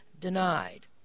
denied